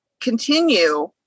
continue